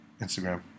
Instagram